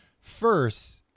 first